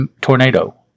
Tornado